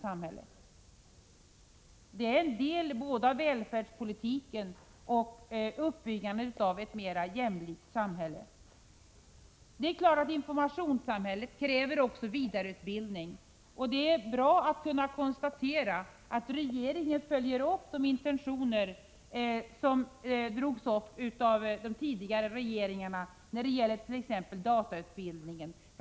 Det är en del av välfärdspolitiken och av uppbyggandet av ett mer jämlikt samhälle. Det är klart att informationssamhället också kräver vidareutbildning. Det är bra att kunna konstatera att regeringen följer upp de tidigare regeringarnasintentioner. Det gällert.ex. datautbildningen.